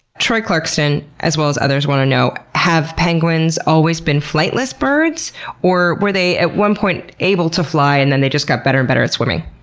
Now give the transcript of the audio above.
troy clarkston as well as others want to know have penguins always been flightless birds or were they at one point able to fly and then they just got better and better at swimming?